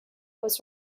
was